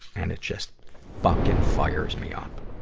and it just fucking fires me up.